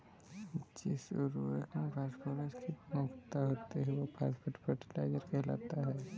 जिस उर्वरक में फॉस्फोरस की प्रमुखता होती है, वह फॉस्फेट फर्टिलाइजर कहलाता है